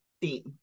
theme